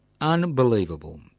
Unbelievable